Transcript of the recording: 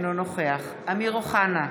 אינו נוכח אמיר אוחנה,